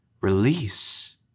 release